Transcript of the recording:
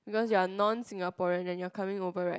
because you're non Singaporean then you're coming over right